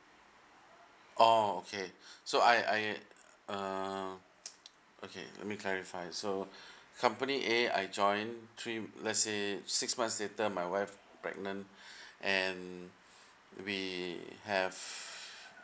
oh okay so I I uh okay let me clarify so company a I joined three let's say six months later my wife pregnant and we have